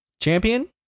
Champion